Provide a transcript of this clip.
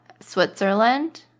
Switzerland